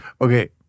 Okay